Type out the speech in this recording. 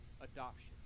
adoption